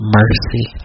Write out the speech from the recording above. mercy